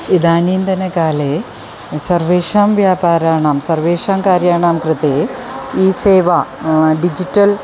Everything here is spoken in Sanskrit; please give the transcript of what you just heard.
इदानीन्तनकाले सर्वेषां व्यापाराणां सर्वेषां कार्याणां कृते ई सेवा डिजिटल्